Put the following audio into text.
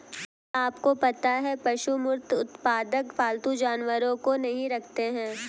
क्या आपको पता है पशु मुक्त उत्पादक पालतू जानवरों को नहीं रखते हैं?